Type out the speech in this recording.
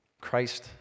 Christ